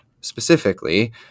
Specifically